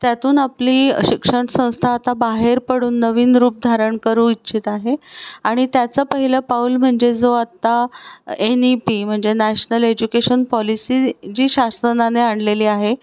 त्यातून आपली शिक्षणसंस्था आता बाहेर पडून नवीन रूप धारण करू इच्छित आहे आणि त्याचं पहिलं पाऊल म्हणजे जो आत्ता एन ई पी म्हणजे नॅशनल एज्युकेशन पॉलिसी जी शासनाने आणलेली आहे